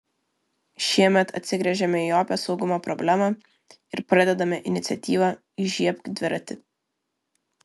šiemet atsigręžėme į opią saugumo problemą ir pradedame iniciatyvą įžiebk dviratį